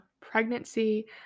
pregnancy